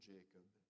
Jacob